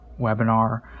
webinar